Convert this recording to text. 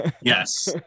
Yes